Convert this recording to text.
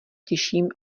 těším